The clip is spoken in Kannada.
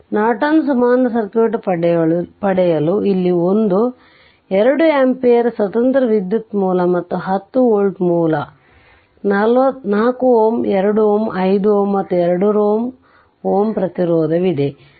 ಆದ್ದರಿಂದ ನಾರ್ಟನ್ ಸಮಾನ ಸರ್ಕ್ಯೂಟ್ ಪಡೆಯಲು ಇಲ್ಲಿ ಒಂದು 2 ಆಂಪಿಯರ್ ಸ್ವತಂತ್ರ ವಿದ್ಯುತ್ ಮೂಲ ಮತ್ತು 10 ವೋಲ್ಟ್ ಮೂಲ 4 Ω 2 Ω 5 ಮತ್ತು 2 Ω ಪ್ರತಿರೋಧವಿದೆ